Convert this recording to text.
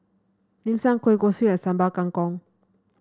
Dim Sum Kueh Kosui and Sambal Kangkong